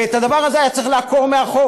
ואת הדבר הזה היה צריך לעקור מהחוק.